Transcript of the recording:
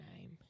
name